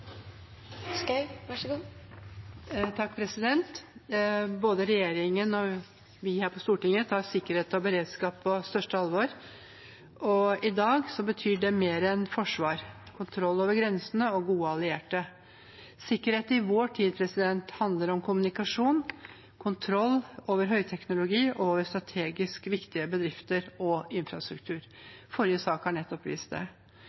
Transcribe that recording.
Både regjeringen og vi her på Stortinget tar sikkerhet og beredskap på største alvor. I dag betyr det mer enn forsvar, kontroll over grensene og gode allierte. Sikkerhet i vår tid handler om kommunikasjon, kontroll over høyteknologi og over strategisk viktige bedrifter og infrastruktur. Forrige sak har nettopp vist det.